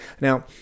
now